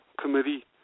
committee